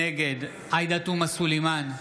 נגד עאידה תומא סלימאן,